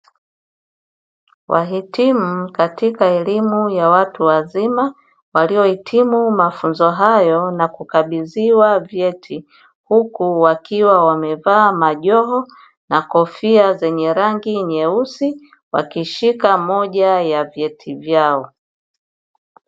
Wahitimu katika elimu ya watu wazima, waliohitimu mafunzo hayo na kukabidhiwa vyeti, huku wakiwa wamevaa majoho na kofia zenye rangi nyeusi, wakishika moja ya vyeti vyao.